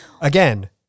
Again